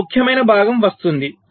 ఇప్పుడు ముఖ్యమైన భాగం వస్తుంది